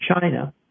China